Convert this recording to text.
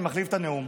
אני מחליף את הנאום.